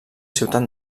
ciutat